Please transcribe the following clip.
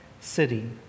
city